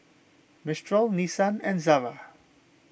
Mistral Nissan and Zara